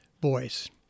boys